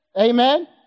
Amen